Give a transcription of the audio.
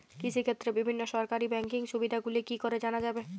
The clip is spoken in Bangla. কৃষিক্ষেত্রে বিভিন্ন সরকারি ব্যকিং সুবিধাগুলি কি করে জানা যাবে?